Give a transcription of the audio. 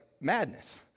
madness